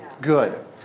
Good